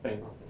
bank officer